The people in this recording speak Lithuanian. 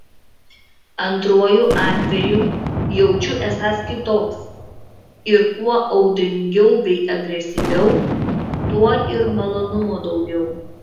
antruoju atveju jaučiu esąs kitoks ir kuo audringiau bei agresyviau tuo ir malonumo daugiau